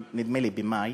נדמה לי ממאי,